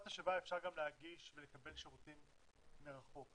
לסיטואציה שבה אפשר גם להגיש ולקבל שירותים מרחוק.